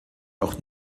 auch